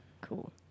cool